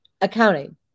Accounting